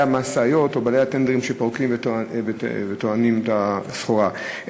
המשאיות או לבעלי הטנדרים שפורקים וטוענים את הסחורה,